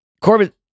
Corbett